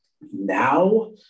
Now